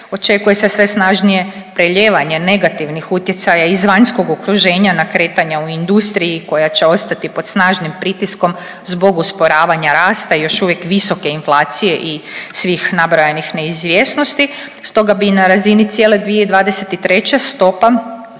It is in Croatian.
Očekuje se sve snažnije prelijevanje negativnih utjecaja iz vanjskog okruženja na kretanja u industriji koja će ostati pod snažnim pritiskom zbog usporavanja rasta još uvijek visoke inflacije i svih nabrojenih neizvjesnosti. Stoga bi na razini cijele 2023. stopa